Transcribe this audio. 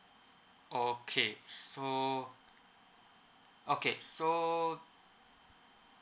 okay so okay so